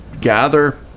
gather